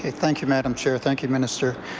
ah thank you, madam chair. thank you, minister.